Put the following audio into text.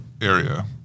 area